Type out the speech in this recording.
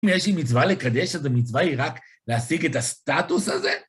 אם יש לי מצווה לקדש אז המצווה היא רק להשיג את הסטטוס הזה.